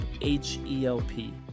H-E-L-P